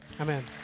Amen